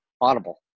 audible